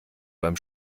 beim